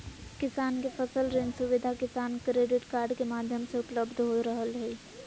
किसान के फसल ऋण सुविधा किसान क्रेडिट कार्ड के माध्यम से उपलब्ध हो रहल हई